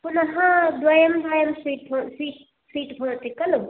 पुनः द्वयं द्वयं सीट् सीट् भवति खलु